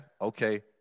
Okay